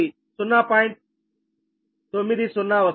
90 వస్తుంది